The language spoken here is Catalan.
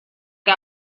que